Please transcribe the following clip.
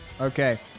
Okay